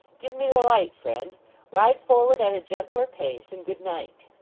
give me the light, friend ride forward at a gentler pace and good night